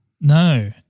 No